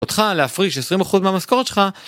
אותך להפריש 20 אחוז מהמשכורת שלך